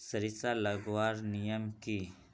सरिसा लगवार नियम की?